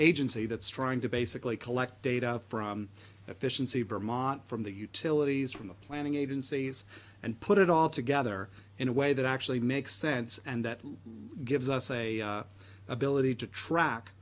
agency that's trying to basically collect data from efficiency vermont from the utilities from the planning agencies and put it all together in a way that actually makes sense and that gives us a ability to track